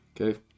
Okay